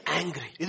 angry